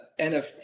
NFT